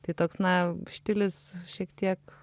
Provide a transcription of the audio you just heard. tai toks na štilis šiek tiek